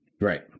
Right